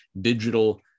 digital